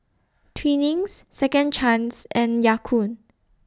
Twinings Second Chance and Ya Kun